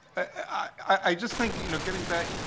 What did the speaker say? i just think, you know getting back